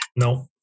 no